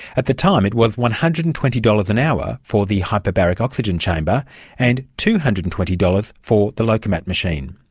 at the time it was one hundred and twenty dollars an hour for the hyperbaric oxygen chamber and two hundred and twenty dollars for the lokomat machine.